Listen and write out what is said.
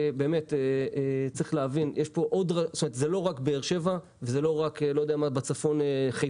צריך להבין, זה לא רק באר-שבע ולא רק חיפה בצפון.